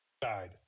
died